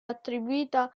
attribuita